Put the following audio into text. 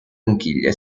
conchiglie